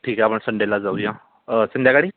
ठीक आहे आपण संडेला जाऊया संध्याकाळी